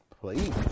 Please